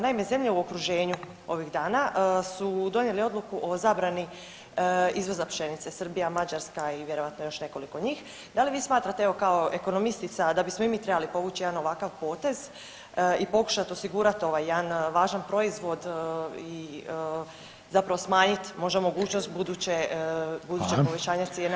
Naime, zemlje u okruženju ovih dana su donijeli odluku o zabrani izvoza pšenice Srbija, Mađarska i vjerojatno još nekoliko njih, da li vi smatrate evo kao ekonomistica da bismo i mi trebali povući jedan ovakav potez i pokušat osigurat ovaj jedan važan proizvod i zapravo smanjit možda mogućnost buduće, budućeg povećanja cijena